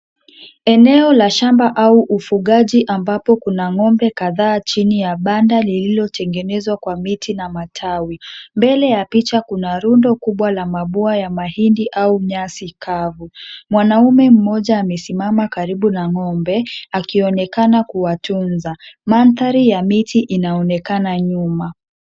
Eneo la shamba au ufugaji ambapo kuna ng'ombe kadhaa chini ya banda lililotengenezwa kwa miti na matawi. Mbele ya picha kuna rundo kubwa la mabua ya mahindi au nyasi kavu. Mwanaume mmoja amesimama karibu na ng'ombe, akionekana kuwatunza. Mandhari ya miti inaonekana nyuma.